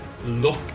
look